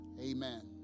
amen